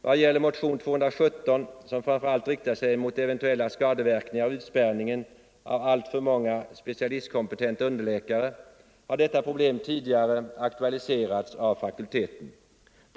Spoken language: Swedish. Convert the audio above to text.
”Vad gäller motion 217, som framför allt riktar sig mot eventuella skadeverkningar av utspärrning av alltför många specialistkompetenta underläkare, har detta problem tidigare aktualiserats av fakulteten.